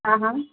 હા હા